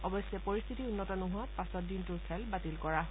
অৱশ্যে পৰিস্থিতি উন্নত নোহোৱাত পাছত দিনটোৰ খেল বাতিল কৰা হয়